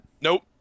Nope